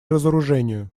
разоружению